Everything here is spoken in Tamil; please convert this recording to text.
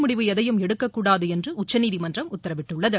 முடிவு எதையும் எடுக்கக் கூடாது என்று உச்சநீதிமன்றம் உத்தரவிட்டுள்ளது